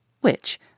which